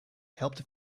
helped